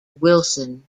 wilson